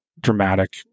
dramatic